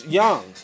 young